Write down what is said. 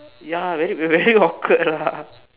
ya very very very awkward lah